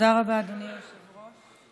תודה רבה, אדוני היושב-ראש.